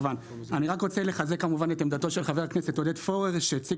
רוצה לחזק את עמדתו של חבר הכנסת עודד פורר שהציג